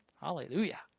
Hallelujah